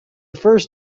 first